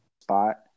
spot